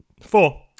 four